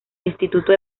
instituto